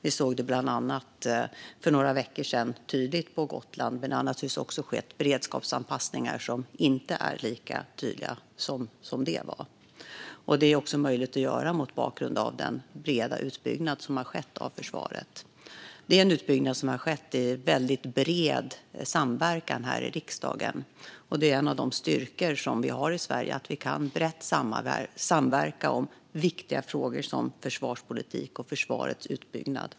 Vi såg det bland annat för några veckor sedan tydligt på Gotland. Men det har naturligtvis också skett beredskapsanpassningar som inte är lika tydliga som det var. Det är också möjligt att göra mot bakgrund av den breda utbyggnad som har skett av försvaret. Det är en utbyggnad som har skett i väldigt bred samverkan här i riksdagen. Det är en av de styrkor som vi har i Sverige att vi kan samverka brett om viktiga frågor som försvarspolitik och försvarets utbyggnad.